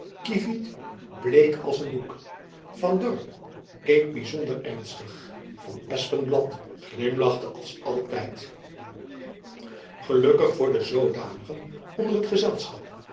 kievit bleek als een doek van dorp keek byzonder ernstig en van espenblad glimlachte als altijd gelukkig voor de zoodanigen onder het gezelschap